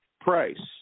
price